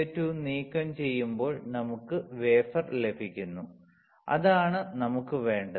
SiO2 നീക്കംചെയ്യുമ്പോൾ നമുക്ക് wafer ലഭിക്കുന്നു അതാണ് നമുക്ക് വേണ്ടത്